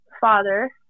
father